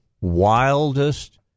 wildest